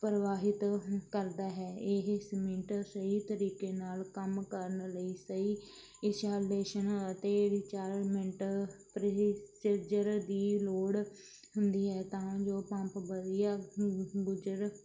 ਪਰਵਾਹਿਤ ਕਰਦਾ ਹੈ ਇਹੀ ਸੀਮਿੰਟ ਸਹੀ ਤਰੀਕੇ ਨਾਲ ਕੰਮ ਕਰਨ ਲਈ ਸਹੀ ਇਸ਼ਾਲੇਸ਼ਨ ਅਤੇ ਰਿਚਾਰਮੈਂਟ ਪਰਿਸਿਰਜਰ ਦੀ ਲੋੜ ਹੁੰਦੀ ਹੈ ਤਾਂ ਜੋ ਪੰਪ ਵਧੀਆ ਗੁਜਰ